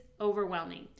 overwhelming